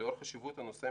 לאור חשיבות הנושא,